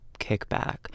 kickback